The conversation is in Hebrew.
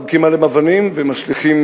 וזורקים עליהם אבנים ומשליכים,